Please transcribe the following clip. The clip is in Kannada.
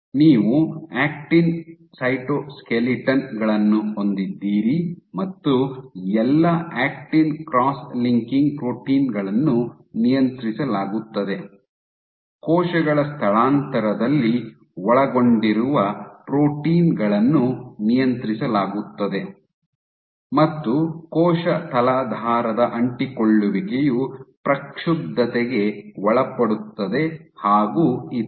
ನೀವು ಆಕ್ಟಿನ್ ಸೈಟೋಸ್ಕೆಲಿಟನ್ ಗಳನ್ನು ಹೊಂದಿದ್ದೀರಿ ಮತ್ತು ಎಲ್ಲಾ ಆಕ್ಟಿನ್ ಕ್ರಾಸ್ ಲಿಂಕಿಂಗ್ ಪ್ರೋಟೀನ್ ಗಳನ್ನು ನಿಯಂತ್ರಿಸಲಾಗುತ್ತದೆ ಕೋಶಗಳ ಸ್ಥಳಾಂತರದಲ್ಲಿ ಒಳಗೊಂಡಿರುವ ಪ್ರೋಟೀನ್ ಗಳನ್ನು ನಿಯಂತ್ರಿಸಲಾಗುತ್ತದೆ ಮತ್ತು ಕೋಶ ತಲಾಧಾರದ ಅಂಟಿಕೊಳ್ಳುವಿಕೆಯು ಪ್ರಕ್ಷುಬ್ದತಗೆ ಒಳಪಡುತ್ತದೆ ಹಾಗು ಇತರೆ